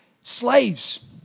slaves